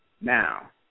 Now